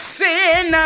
sin